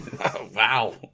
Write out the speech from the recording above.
Wow